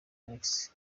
alex